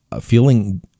feeling